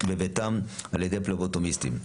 בביתם על ידי פלבוטומיסטים.